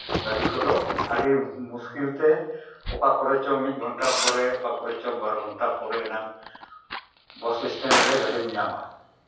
ᱜᱟᱹᱰᱤ ᱠᱚᱫᱚ ᱟᱹᱰᱤ ᱢᱩᱥᱠᱤᱞ ᱛᱮ ᱚᱠᱟ ᱠᱚᱨᱮ ᱪᱚᱝ ᱢᱤᱫ ᱜᱷᱚᱱᱴᱟ ᱯᱚᱨᱮ ᱚᱠᱟ ᱠᱚᱨᱮ ᱪᱚᱝ ᱵᱟᱨ ᱜᱷᱚᱱᱴᱟ ᱯᱚᱨᱮ ᱮᱱᱟᱝ ᱵᱟᱥ ᱥᱴᱮᱱᱰ ᱨᱮ ᱜᱟᱹᱰᱤᱢ ᱧᱟᱢᱟ